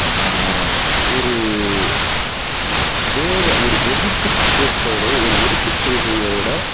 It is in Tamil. ஒரு வேறு ஒரு வெறுப்புக் கோட்பயடோ ஒரு வெறுப்பு கொள்கையோடய